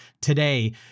today